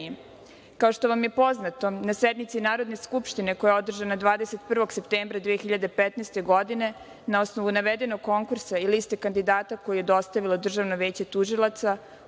što vam je poznato, na sednici Narodne skupštine koja je održana 21. septembra 2015. godine na osnovu navedenog konkursa i liste kandidata koje je dostavilo Državno veće tužilaštva,